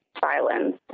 violence